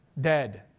Dead